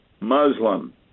muslim